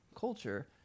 culture